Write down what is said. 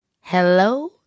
Hello